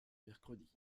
mercredi